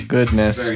Goodness